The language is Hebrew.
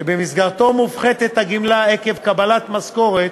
שבמסגרתו מופחתת הגמלה עקב קבלת משכורת